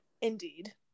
Indeed